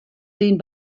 den